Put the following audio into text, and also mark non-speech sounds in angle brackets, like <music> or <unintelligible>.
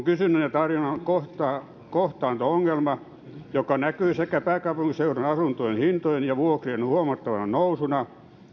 <unintelligible> kysynnän ja tarjonnan kohtaanto ongelma joka näkyy pääkaupunkiseudun asuntojen hintojen ja vuokrien huomattavana nousuna